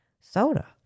soda